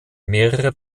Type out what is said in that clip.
mehrere